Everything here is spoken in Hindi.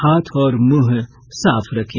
हाथ और मुंह साफ रखें